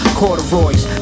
corduroys